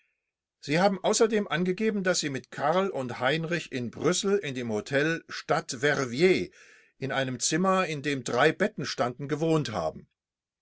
sie haben außerdem angegeben daß sie mit karl und heinrich in brüssel in dem hotel stadt verviers in einem zimmer in dem drei betten standen gewohnt haben